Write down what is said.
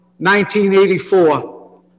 1984